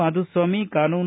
ಮಾಧುಸ್ವಾಮಿ ಕಾನೂನು